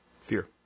Fear